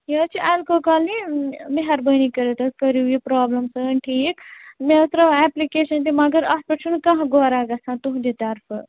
یہِ حظ چھِ ایلکو کالنی مہربٲنی کٔرِتھ حظ کٔرِو یہِ پرٛابلِم سٲنۍ ٹھیٖک مےٚ حظ ترٛٲو ایپلِکیٚشَن تہِ مگر اَتھ پٮ۪ٹھ چھُنہٕ کانٛہہ غورا گژھان تُہٕنٛدِ طرفہٕ